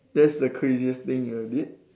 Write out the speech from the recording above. that's the craziest thing you did